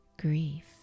grief